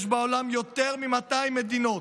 יש בעולם יותר מ-200 מדינות,